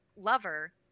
lover